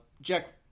Jack